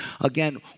Again